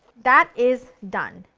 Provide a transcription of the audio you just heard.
that is done!